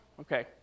Okay